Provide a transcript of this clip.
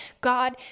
God